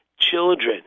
children